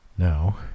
Now